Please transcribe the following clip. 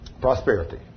Prosperity